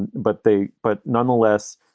and but they but nonetheless,